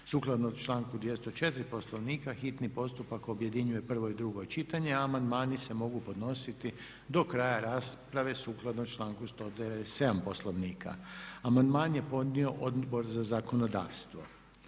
Sukladno članku 204. Poslovnika hitni postupak objedinjuje prvo i drugo čitanje a amandmani se mogu podnositi do kraja rasprave prema članku 197. Poslovnika. Amandman je podnio Odbor za zakonodavstvo.